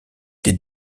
des